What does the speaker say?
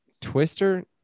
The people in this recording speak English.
Twister